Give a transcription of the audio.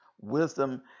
wisdom